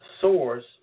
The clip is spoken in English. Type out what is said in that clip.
source